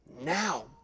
Now